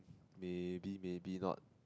maybe maybe not